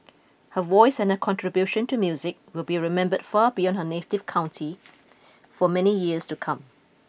her voice and her contribution to music will be remembered far beyond her native county for many years to come